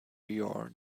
you’re